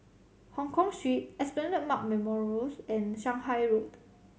Hongkong Esplanade Park Memorials and Shanghai Road